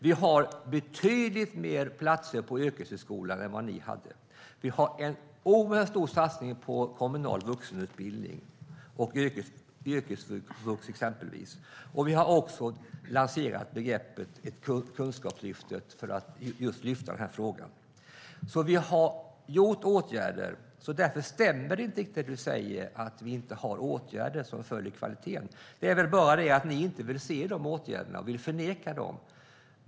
Vi har betydligt fler platser på yrkeshögskolan än vad ni hade. Vi har en oerhört stor satsning på kommunal vuxenutbildning och yrkesvux, exempelvis. Vi har också lanserat begreppet Kunskapslyftet för att just lyfta upp den här frågan. Vi har alltså gjort åtgärder, och därför stämmer inte riktigt det Christer Nylander säger om att vi inte har några åtgärder som följer kvaliteten. Det är väl bara det att ni inte vill se dessa åtgärder utan förnekar dem.